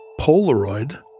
Polaroid